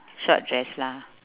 short dress lah